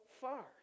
far